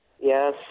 Yes